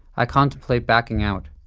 i contemplate backing out.